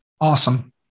Awesome